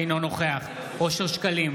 אינו נוכח אושר שקלים,